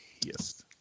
Yes